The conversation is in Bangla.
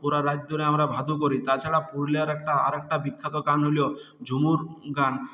পুরো রাত ধরে আমরা ভাদু করি তাছাড়া পুরুলিয়ার একটা আর একটা বিখ্যাত গান হল ঝুমুর গান